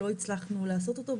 שלא הצלחנו לעשות אותו.